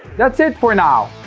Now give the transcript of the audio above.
that's it for now.